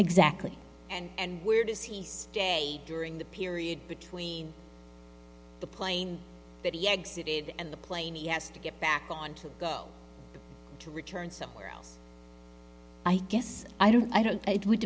exactly and where does he stay during the period between the plane that he exited and the plane yes to get back on to go to return somewhere else i guess i don't i don't it would